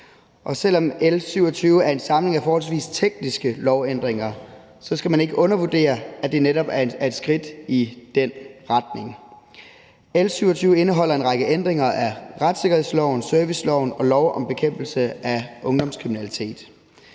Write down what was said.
Selv om L 27 er en samling af forholdsvis tekniske lovændringer, skal man ikke undervurdere, at det netop er et skridt i den retning. L 27 indeholder en række ændringer af retssikkerhedsloven, serviceloven og lov om bekæmpelse af ungdomskriminalitet.